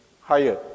higher